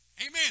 Amen